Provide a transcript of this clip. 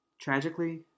Tragically